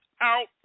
out